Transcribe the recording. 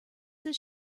does